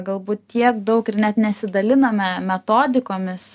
galbūt tiek daug ir net nesidaliname metodikomis